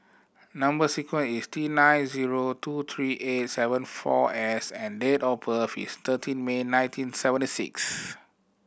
number sequence is T nine zero two three eight seven four S and date of birth is thirteen May nineteen seventy six